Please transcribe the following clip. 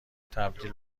تبدیل